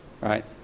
Right